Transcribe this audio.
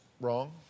wrong